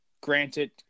Granted